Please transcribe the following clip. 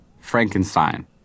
Frankenstein